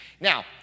Now